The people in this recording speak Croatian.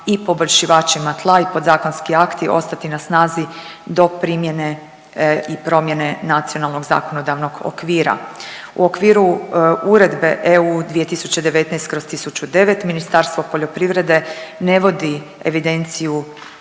i poboljšivačima tla i podzakonski akti ostati na snazi do primjene i promjene nacionalnog zakonodavnog okvira. U okviru Uredbe EU 2019/1009 Ministarstvo poljoprivrede ne vodi evidenciju